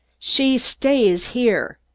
she stays here!